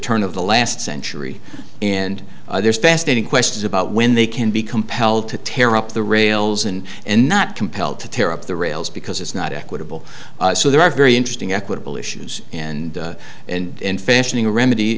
turn of the last century and there's fascinating questions about when they can be compelled to tear up the rails and and not compelled to tear up the rails because it's not equitable so there are very interesting equitable issues and and in fashioning a remedy